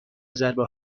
ضربه